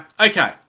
okay